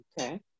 Okay